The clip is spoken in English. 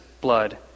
blood